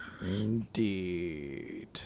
Indeed